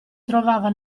trovava